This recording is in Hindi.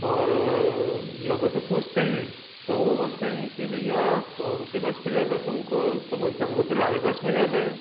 और लोगों से पूछते हैं तो वो बोलते हैं कि भईया कौन सी बस पे जाना है तुमको तो बोलते हैं हमको तो लाल बस में जाना है